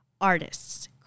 artists